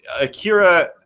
Akira